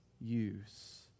use